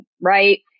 Right